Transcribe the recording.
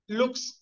looks